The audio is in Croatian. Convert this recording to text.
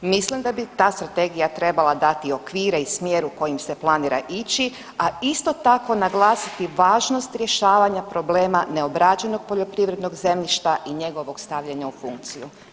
Mislim da bi ta strategija trebala dati okvire i smjer u kojim se planira ići, a isto tako naglasiti važnost rješavanja problema neobrađenog poljoprivrednog zemljišta i njegovog stavljanja u funkciju.